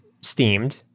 Steamed